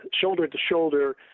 shoulder-to-shoulder